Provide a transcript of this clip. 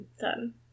done